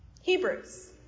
Hebrews